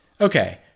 okay